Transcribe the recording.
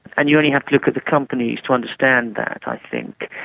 and you only have to look at the companies to understand that i think.